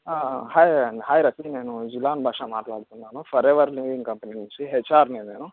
hi hi Rafi నేను జిలాన్ భాషా మాట్లాడుతున్నాను forever living company నుంచి హెచ్ఆర్ని నేను